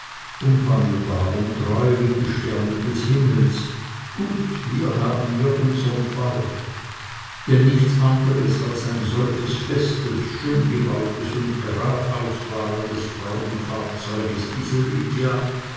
unwandelbar und treu wie die sterne des himmels gut hier haben wir unsern fall denn nichts anderes als ein solches festes schöngebautes und gradausfahrendes frauenfahrzeug ist diese lydia